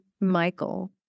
Michael